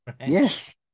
Yes